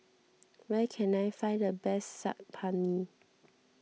where can I find the best Saag Paneer